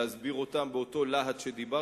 להסביר חלק מההצעות באותו להט שדיברתי,